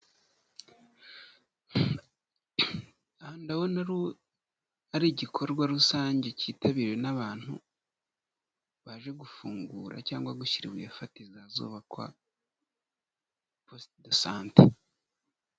Ndabona ari igikorwa rusange cyitabiriwe n'abantu baje gufungura cyangwa gushyira ibuye fatizo ahazubakwa poste de sante.